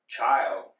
child